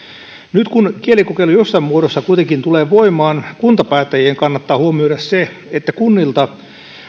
nyt kun kielikokeilu jossain muodossa kuitenkin tulee voimaan kuntapäättäjien kannattaa huomioida se että kunnilta